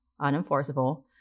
unenforceable